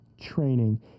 training